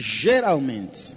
geralmente